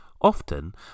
Often